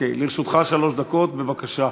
לרשותך שלוש דקות, בבקשה.